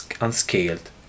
unscaled